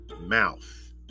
mouth